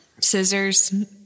scissors